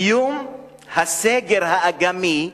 קיום 'הסגר האגמי',